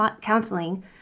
counseling